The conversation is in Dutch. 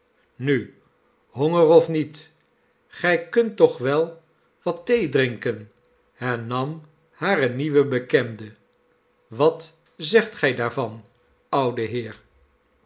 nu honger of niet gij kunt toch wel wat thee drinken hernam hare nieuwe bekende wat zegt gij daarvan oude heer